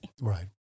Right